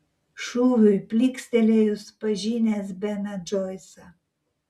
šūviui plykstelėjus pažinęs beną džoisą